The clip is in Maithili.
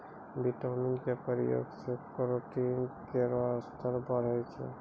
विटामिन क प्रयोग सें केरोटीन केरो स्तर बढ़ै छै